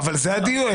אבל זה הדיון.